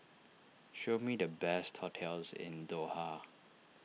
show me the best hotels in Doha